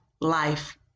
life